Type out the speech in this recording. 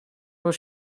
was